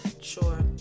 sure